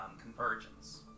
Convergence